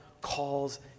calls